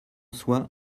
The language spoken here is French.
soit